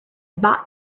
bought